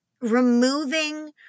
removing